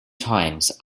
times